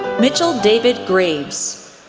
mitchell david graves,